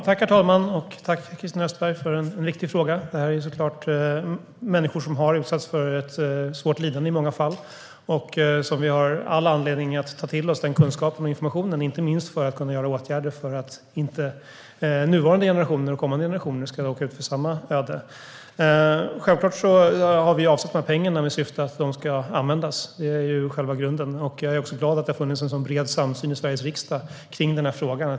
Herr talman! Tack, Christina Östberg, för en viktig fråga! Det här är såklart människor som i många fall har utsatts för ett svårt lidande. Vi har all anledning att ta till oss all kunskap och information, inte minst för att kunna vidta åtgärder för att nuvarande och kommande generationer inte ska råka ut för samma öde. Självklart har vi avsatt dessa pengar i syfte att de ska användas, det är ju själva grunden. Jag är glad över att det har funnits en så bred samsyn i Sveriges riksdag kring den här frågan.